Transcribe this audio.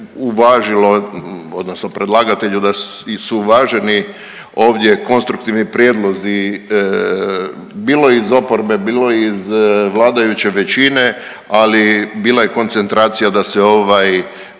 uvažilo, odnosno predlagatelju da su uvaženi ovdje konstruktivni prijedlozi bilo iz oporbe, bilo iz vladajuće većine. Ali bila je koncentracija da se ovaj